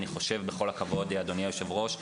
אני חושב, בכל הכבוד, אדוני היושב-ראש,